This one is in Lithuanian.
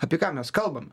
apie ką mes kalbam